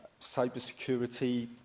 Cybersecurity